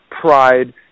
pride